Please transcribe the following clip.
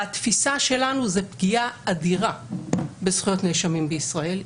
בתפיסה שלנו זו פגיעה אדירה בזכויות נאשמים בישראל.